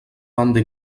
banda